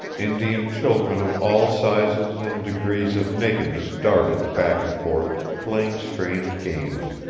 indian children of all sizes and degrees of nakedness darted back and forth, playing strange games.